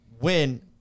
win